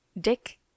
Dick